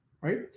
right